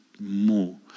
more